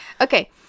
Okay